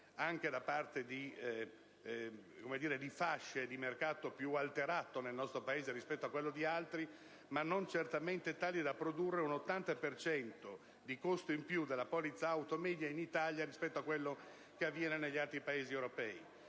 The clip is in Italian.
anche da parte di fasce di mercato, più alterato nel nostro Paese rispetto ad altri, ma non certamente tale da produrre un 80 per cento in media di costo aggiuntivo della polizza auto in Italia rispetto a quello che avviene negli altri Paesi europei.